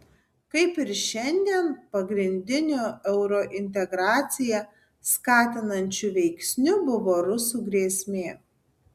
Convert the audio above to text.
kaip ir šiandien pagrindiniu eurointegraciją skatinančiu veiksniu buvo rusų grėsmė